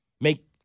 Make